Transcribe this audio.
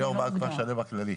אני יו"ר ועד כפר שלם הכללי.